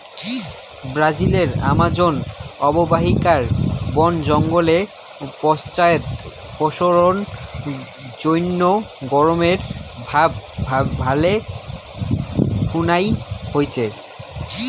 ব্রাজিলর আমাজন অববাহিকাত বন জঙ্গলের পশ্চাদপসরণ জইন্যে গরমের ভাব ভালে খুনায় হইচে